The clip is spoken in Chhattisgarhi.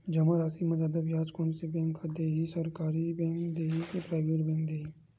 जमा राशि म जादा ब्याज कोन से बैंक ह दे ही, सरकारी बैंक दे हि कि प्राइवेट बैंक देहि?